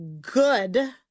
good